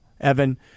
Evan